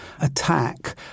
attack